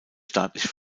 staatliche